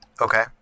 Okay